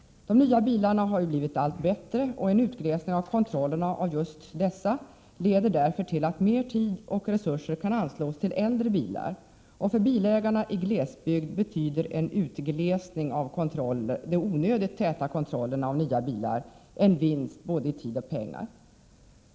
De nya bilarna har ju blivit allt bättre, och en utglesning av kontrollerna av just dessa skulle därför innebära att mer tid och resurser kunde anslås till kontroll av äldre bilar. För bilägarna i glesbygd skulle en utglesning av de onödigt täta kontrollerna av nya bilar ge en vinst i både tid och pengar.